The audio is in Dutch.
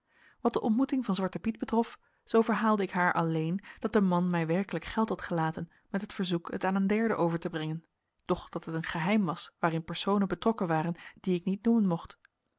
wat de ontmoeting van zwarten piet betrof zoo verhaalde ik haar alleen dat de man mij werkelijk geld had gelaten met het verzoek het aan een derde over te brengen doch dat het een geheim was waarin personen betrokken waren die ik niet noemen mocht